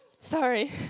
sorry